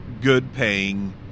good-paying